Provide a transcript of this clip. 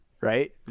right